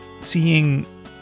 Seeing